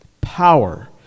power